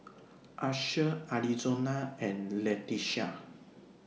Asher Arizona and Letitia